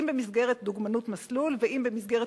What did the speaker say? אם במסגרת דוגמנות מסלול ואם במסגרת